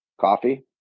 Coffee